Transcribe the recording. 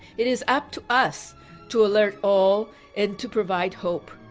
it is up to us to alert all and to provide hope.